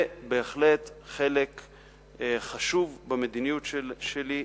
זה בהחלט חלק חשוב במדיניות שלי,